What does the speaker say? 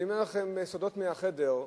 אני אומר לכם סודות מהחדר: